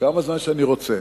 כמה זמן שאני רוצה?